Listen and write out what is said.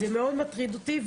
זה מאוד מטריד אותי,